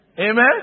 Amen